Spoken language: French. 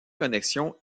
connexion